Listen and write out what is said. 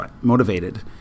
motivated